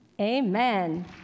Amen